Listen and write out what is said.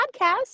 podcast